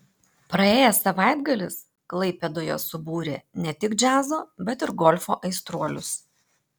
praėjęs savaitgalis klaipėdoje subūrė ne tik džiazo bet ir golfo aistruolius